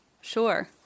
Sure